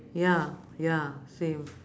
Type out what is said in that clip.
ya ya same